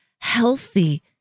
healthy